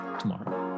tomorrow